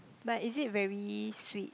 but is it very sweet